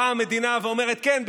באה המדינה ואומרת: כן,